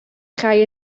chau